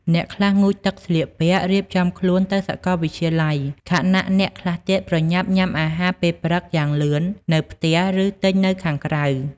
អ្នកខ្លះងូតទឹកស្លៀកពាក់ រៀបចំខ្លួនទៅសាកលវិទ្យាល័យ ខណៈអ្នកខ្លះទៀតប្រញាប់ញ៉ាំអាហារពេលព្រឹកយ៉ាងលឿននៅផ្ទះ ឬទិញនៅខាងក្រៅ។